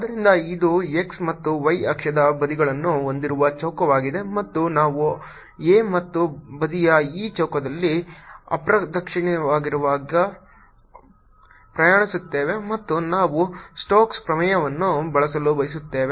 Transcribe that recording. ಆದ್ದರಿಂದ ಇದು x ಮತ್ತು y ಅಕ್ಷದ ಬದಿಗಳನ್ನು ಹೊಂದಿರುವ ಚೌಕವಾಗಿದೆ ಮತ್ತು ನಾವು a ಮತ್ತು ಬದಿಯ ಈ ಚೌಕದಲ್ಲಿ ಅಪ್ರದಕ್ಷಿಣಾಕಾರವಾಗಿ ಪ್ರಯಾಣಿಸುತ್ತೇವೆ ಮತ್ತು ನಾವು ಸ್ಟೋಕ್ಸ್ ಪ್ರಮೇಯವನ್ನು ಬಳಸಲು ಬಯಸುತ್ತೇವೆ